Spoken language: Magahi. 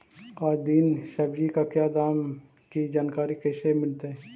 आज दीन सब्जी का क्या दाम की जानकारी कैसे मीलतय?